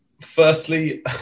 firstly